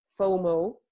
FOMO